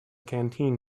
canteen